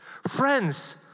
Friends